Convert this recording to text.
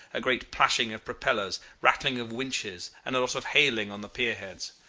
a great plashing of propellers, rattling of winches, and a lot of hailing on the pier-heads.